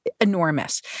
enormous